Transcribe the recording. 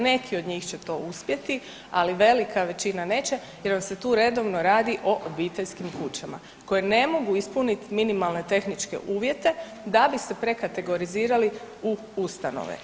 Neki od njih će to uspjeti, ali velika većina neće jer vam se tu redovno radi o obiteljskim kućama koje ne mogu ispuniti minimalne tehničke uvjete da bi se prekategorizirali u ustanove.